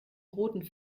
roten